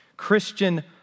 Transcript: Christian